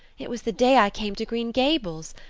it was the day i came to green gables.